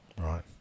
right